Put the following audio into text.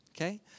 Okay